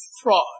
fraud